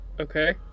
Okay